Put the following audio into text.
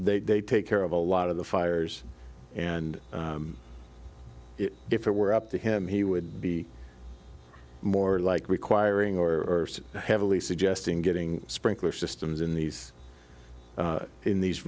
just they take care of a lot of the fires and if it were up to him he would be more like requiring or heavily suggesting getting sprinkler systems in these in these